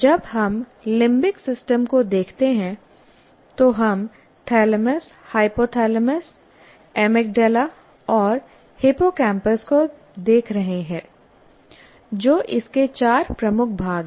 जब हम limbic system को देखते हैं तो हम थैलेमस हाइपोथैलेमस एमिग्डाला और हिप्पोकैम्पस को देख रहे होते हैं जो इसके चार प्रमुख भाग हैं